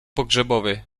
pogrzebowy